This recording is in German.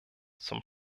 zum